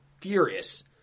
furious